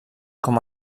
com